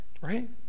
right